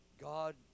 God